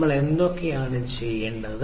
നമ്മൾ എന്താണ് ചെയ്യേണ്ടത്